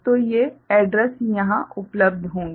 तो ये एड्रैस यहाँ उपलब्ध होंगे